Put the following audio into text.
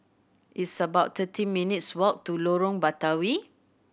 it's about thirteen minutes' walk to Lorong Batawi